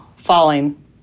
falling